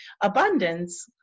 abundance